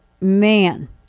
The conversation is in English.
man